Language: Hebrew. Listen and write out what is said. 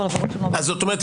זאת אומרת,